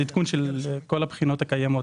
מקדמים עדכון של כל הבחינות הקיימות.